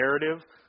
narrative